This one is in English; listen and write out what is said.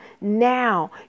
now